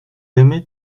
aimez